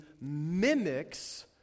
mimics